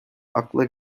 akla